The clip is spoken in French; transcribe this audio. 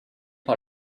par